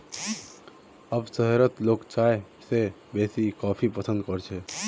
अब शहरत लोग चाय स बेसी कॉफी पसंद कर छेक